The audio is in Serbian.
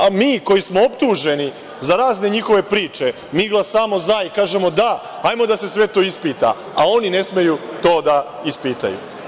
A mi koji smo optuženi za razne njihove priče, mi glasamo za i kažemo – da, ajmo da se sve to ispita, a oni ne smeju to da ispitaju.